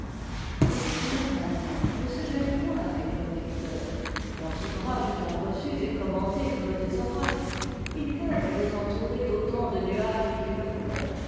les écrivains allemands ne se gênent point avec leurs lecteurs leurs ouvrages étant reçus et commentés comme des oracles ils peuvent les entourer d'autant de nuages qu'il leur plaît